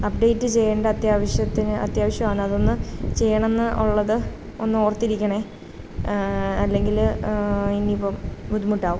update ചെയ്യേണ്ട അത്യാവശ്യത്തിന് അത്യാവശ്യമാണ് അതൊന്ന് ചെയ്യണം എന്ന് ഉള്ളത് ഒന്ന് ഓർത്തിരിക്കണേ അല്ലെങ്കിൽ ഇനി ഇപ്പം ബുദ്ധിമുട്ടാവും